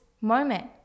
moment